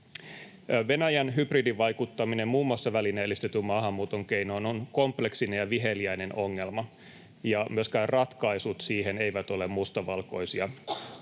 Venäjän hybridivaikuttaminen muun muassa välineellistetyn maahanmuuton keinoin on kompleksinen ja viheliäinen ongelma, ja myöskään ratkaisut siihen eivät ole mustavalkoisia.